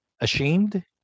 ashamed